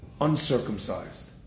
uncircumcised